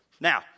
Now